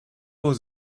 was